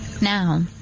Now